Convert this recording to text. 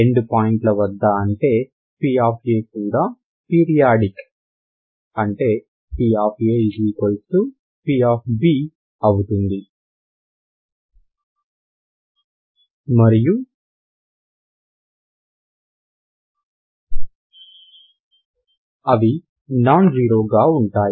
end పాయింట్ల వద్ద అంటే p కూడా పీరియాడిక్ అంటే papb అవుతుంది మరియు అవి నాన్ జీరో గా ఉంటాయి